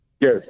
Yes